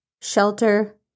shelter